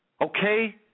okay